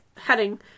heading